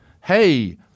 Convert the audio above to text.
hey